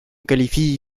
qualifie